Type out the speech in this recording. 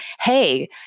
hey